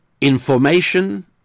information